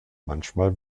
manchmal